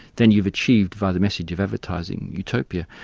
then you've achieved, via the message of advertising, utopia.